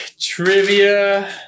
trivia